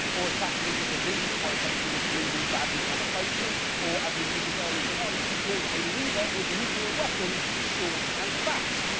or attacked mika brzezinksi by saying she was, bleeding badly from a face-lift, or, as we mentioned earlier tonight, called a leader with nuclear weapons short and fat.